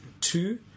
Two